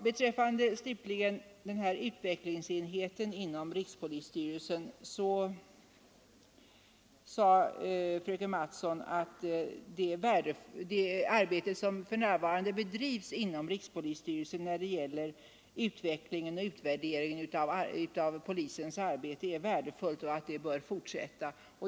Beträffande utvecklingsenheten inom rikspolisstyrelsen sade fröken Mattson att det arbete som för närvarande bedrivs inom rikspolisstyrelsen när det gäller utvecklingen och utvärderingen av polisens arbete är värdefullt och att det bör fortsätta.